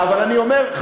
אבל אני אומר מעבר לזה,